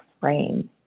frame